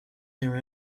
their